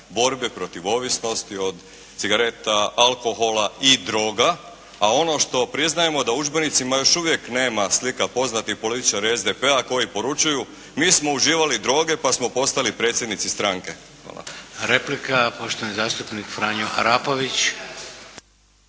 borbe protiv ovisnosti od cigareta, alkohola i droga, a ono što priznajemo da u udžbenicima još uvijek nema slika poznatih političara SDP-a koji poručuju mi smo uživali droge pa smo postali predsjednici stranke. Hvala. **Šeks, Vladimir (HDZ)** Replika, poštovani zastupnik Franjo Arapović.